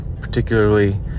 particularly